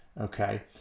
okay